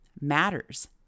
matters